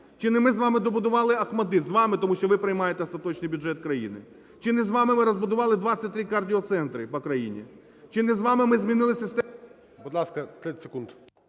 Чи не ми з вами добудували ОХМАТДИТ? З вами, тому що ви приймаєте остаточний бюджет країни. Чи не з вами ми розбудували 23 кардіоцентри по країні? Чи не з вами ми змінили систему... ГОЛОВУЮЧИЙ. Будь ласка, 30 секунд.